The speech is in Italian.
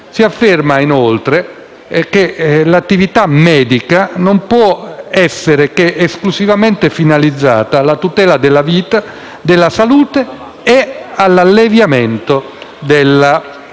Si afferma inoltre che l'attività medica non può essere che esclusivamente finalizzata alla tutela della vita, della salute e all'alleviamento della